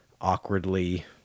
awkwardly